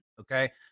Okay